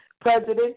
President